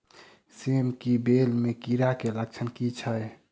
सेम कऽ बेल म कीड़ा केँ लक्षण की छै?